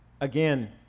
Again